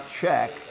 check